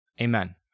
Amen